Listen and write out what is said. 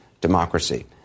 Democracy